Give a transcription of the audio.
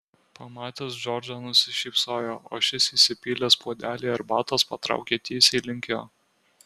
pamatęs džordžą nusišypsojo o šis įsipylęs puodelį arbatos patraukė tiesiai link jo